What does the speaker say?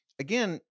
again